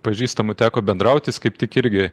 pažįstamu teko bendraut jis kaip tik irgi